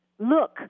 look